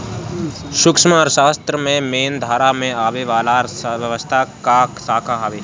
सूक्ष्म अर्थशास्त्र मेन धारा में आवे वाला अर्थव्यवस्था कअ शाखा हवे